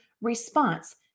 response